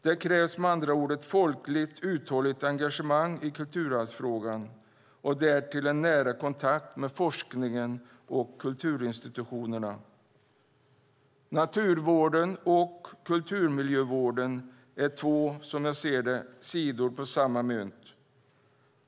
Det krävs med andra ord ett folkligt, uthålligt engagemang i kulturarvsfrågan och därtill en nära kontakt med forskningen och kulturinstitutionerna. Naturvården och kulturmiljövården är som jag ser det två sidor av samma mynt.